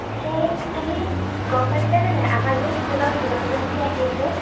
পিছে তুমি গম পাইছানে নাই আমাৰ যে স্কুলত হীৰক জয়ন্তী আহি আছে